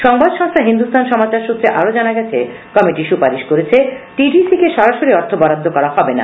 সংবাদ সংস্থা হিন্দুস্থান সমাচার সৃত্রে আরো জানা গেছে কমিটি সুপারিশ করেছে টিটিসি কে সরাসরি অর্থ বরাদ্দ করা হবে না